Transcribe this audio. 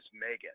Megan